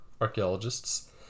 archaeologists